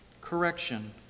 Correction